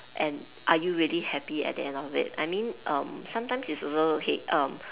and are you really happy at the end of it I mean um sometimes it's also okay um